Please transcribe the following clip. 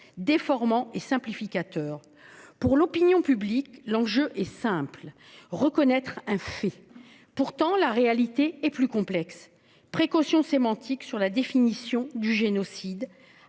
déformant et simplificateur. Pour l'opinion publique, l'enjeu est simple : reconnaître un fait. Pourtant, la réalité est plus complexe : précautions sémantiques sur la définition du génocide,